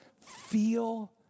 feel